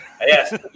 Yes